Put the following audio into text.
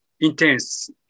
intense